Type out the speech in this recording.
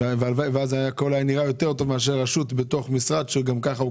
ואז זה היה נראה יותר טוב מאשר רשות שנמצאת בתוך משרד קטן.